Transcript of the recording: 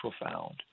profound